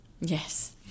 Yes